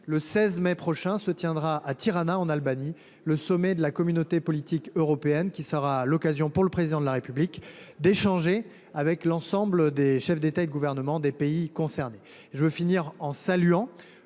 le 16 mai prochain se tiendra à Tirana, en Albanie, le sommet de la Communauté politique européenne. Ce sera l’occasion pour le Président de la République d’échanger avec l’ensemble des chefs d’État et de gouvernement des pays concernés. Pour conclure, madame